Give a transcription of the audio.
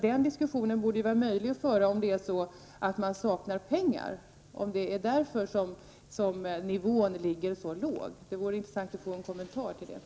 Den diskussionen borde därför vara möjlig att föra om det saknas pengar och om det är därför som nivån är så låg. Det vore intressant att få en kommentar till detta.